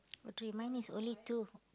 oh three mine is only two